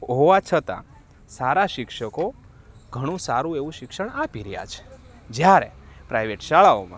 હોવા છતાં સારા શિક્ષકો ઘણું સારું એવું શિક્ષણ આપી રહ્યા છે જ્યારે પ્રાઇવેટ શાળાઓમાં